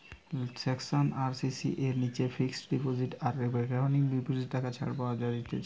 section আশি C এর নিচে ফিক্সড ডিপোজিট আর রেকারিং ডিপোজিটে টাকা ছাড় পাওয়া যায়েটে